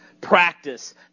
practice